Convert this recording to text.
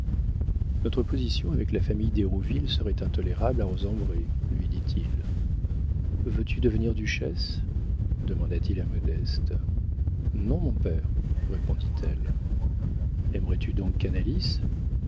notre position avec la famille d'hérouville serait intolérable à rosembray lui dit-il veux-tu devenir duchesse demanda-t-il à modeste non mon père répondit-elle aimerais-tu donc